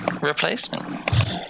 replacement